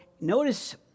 notice